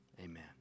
Amen